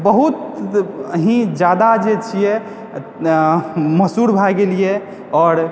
बहुत ही ज़्यादा जे छियै मशहूर भए गेलियै आओर